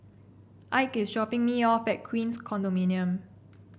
Ike is dropping me off at Queens Condominium